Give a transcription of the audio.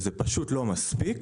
זה פשוט לא מספיק.